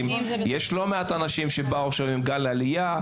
יש לא מעט אנשים שבאו, יש גל עלייה.